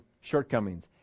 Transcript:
shortcomings